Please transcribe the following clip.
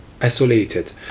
isolated